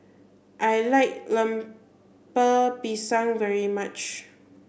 I like Lemper Pisang very much